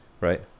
Right